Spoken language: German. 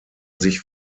sich